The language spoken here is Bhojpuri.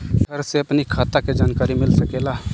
घर से अपनी खाता के जानकारी मिल सकेला?